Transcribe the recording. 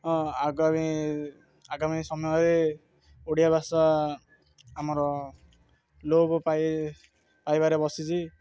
ହଁ ଆଗାମୀ ଆଗାମୀ ସମୟରେ ଓଡ଼ିଆ ଭାଷା ଆମର ଲୋପ ପାଇବାରେ ବସିଛି